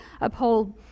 uphold